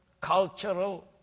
cultural